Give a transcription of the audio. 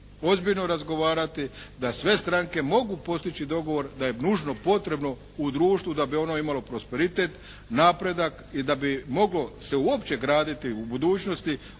ozbiljno razgovarati da sve stranke mogu postići dogovor da je nužno potrebno u društvu da bi ono imalo prosperitet, napredak i da bi moglo se uopće graditi u budućnosti,